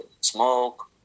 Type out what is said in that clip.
smoke